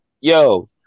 Yo